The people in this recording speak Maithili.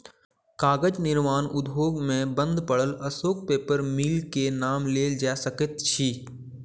कागज निर्माण उद्योग मे बंद पड़ल अशोक पेपर मिल के नाम लेल जा सकैत अछि